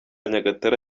nyagatare